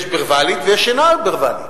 יש ורבלית ויש שאינה ורבלית.